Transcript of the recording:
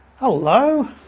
hello